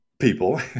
people